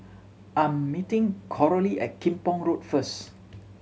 I'm meeting Coralie at Kim Pong Road first